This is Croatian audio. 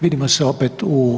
Vidimo se opet u